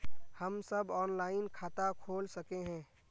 हम सब ऑनलाइन खाता खोल सके है?